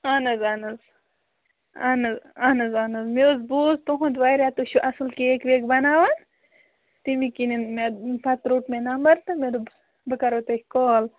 اہَن حظ اہَن حظ اہن حظ اہَن حظ اہن حظ مےٚ حظ بوٗز تُہُنٛد واریاہ تُہۍ چھُو اَصٕل کیک ویک بَناوان تٔمی کِنٮ۪ن مےٚ پَتہٕ روٚٹ مےٚ نَمبر تہٕ مےٚ دوٚپ بہٕ کَرو تۄہہِ کال